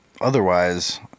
otherwise